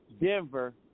Denver